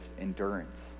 endurance